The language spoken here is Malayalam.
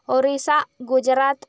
ഒറീസ ഗുജറാത്ത്